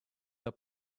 the